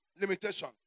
Limitation